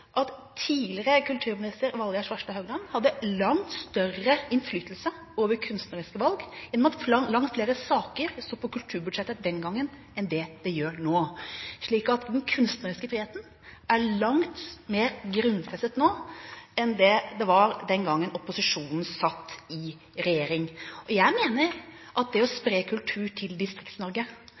at tidligere kulturminister Valgerd Svarstad Haugland hadde langt større innflytelse over kunstneriske valg, gjennom at langt flere saker sto på kulturbudsjettet den gangen enn det gjør nå, slik at den kunstneriske friheten er langt mer grunnfestet nå enn det den var den gangen opposisjonen satt i regjering. Jeg mener at det å spre kultur til